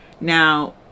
Now